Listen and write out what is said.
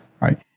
right